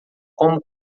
como